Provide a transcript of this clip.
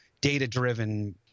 data-driven